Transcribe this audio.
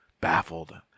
baffled